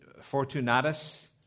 Fortunatus